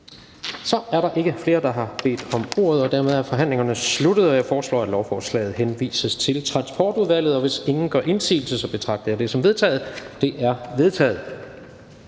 Da der ikke er flere, der har bedt om ordet, er forhandlingen sluttet. Jeg foreslår, at lovforslaget henvises til Miljø- og Fødevareudvalget. Og hvis ingen gør indsigelse, betragter jeg dette som vedtaget. Det er vedtaget.